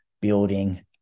building